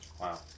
Wow